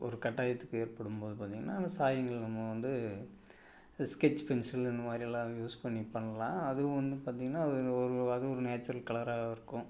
ஒரு கட்டாயத்துக்கு ஏற்படும் போது பார்த்திங்கன்னா அந்த சாயங்கள் நம்ம வந்து இது ஸ்கெட்ச் பென்சில் இந்த மாதிரி எல்லாம் யூஸ் பண்ணி பண்ணலாம் அதுவும் வந்து பார்த்திங்கன்னா அதில் ஒரு அது ஒரு நேச்சுரல் கலராக இருக்கும்